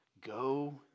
Go